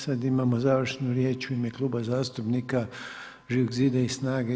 Sad imamo završnu riječ u ime Kluba zastupnika Živog zida i SNAGA-e.